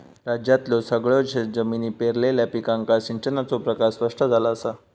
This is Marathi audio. राज्यातल्यो सगळयो शेतजमिनी पेरलेल्या पिकांका सिंचनाचो प्रकार स्पष्ट झाला असा